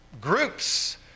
groups